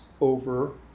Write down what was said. over